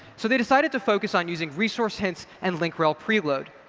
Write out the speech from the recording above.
so, they decided to focus on using resource hints and link rel preload.